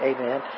Amen